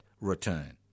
return